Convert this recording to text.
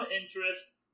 interest